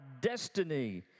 destiny